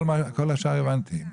כל השאר הבנתי.